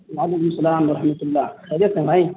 وعلیکم السلام و رحمتہ اللہ خیریت سے ہیں بھائی